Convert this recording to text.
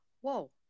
Whoa